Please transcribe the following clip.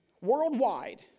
Worldwide